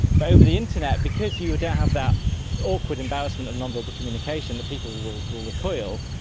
but over the internet, because you don't have that awkward embarrassment of non-verbal communication that people will will recoil,